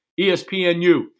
ESPNU